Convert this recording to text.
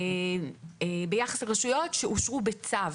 ביחס לרשויות שאושרו בצו